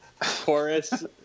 chorus